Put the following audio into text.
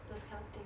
those kind of thing